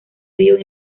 río